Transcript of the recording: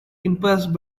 impressed